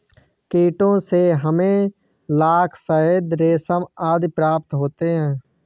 कीटों से हमें लाख, शहद, रेशम आदि प्राप्त होते हैं